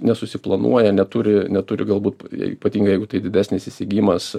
nesusiplanuoja neturi neturi galbūt jei ypatingai jeigu tai didesnis įsigijimas